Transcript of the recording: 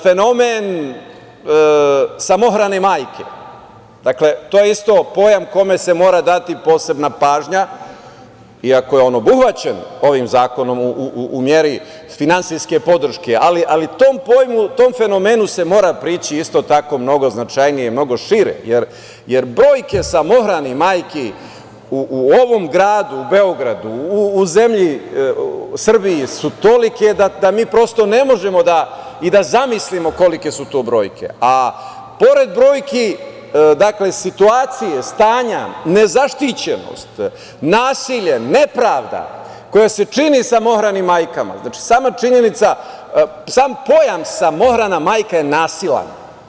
Fenomen samohrane majke, to je pojam kome se mora dati pažnja iako je on obuhvaćen ovim zakonom u meri finansijske podrške, ali tom fenomenu se mora prići mnogo značajnije, mnogo šire, jer broj samohranih majki u ovom gradu, u Beogradu, u zemlji Srbiji su tolike da mi prosto ne možemo ni da zamislimo kolike su to brojke. pored brojki, situacije, stanja, nezaštićenost, nasilje, nepravda koja se čini samohranim majkama, znači sama činjenica, sam pojam samohrana majka je nasilan.